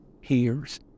hears